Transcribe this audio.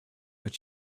but